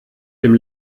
dem